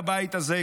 בבית הזה,